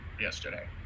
yesterday